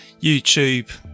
YouTube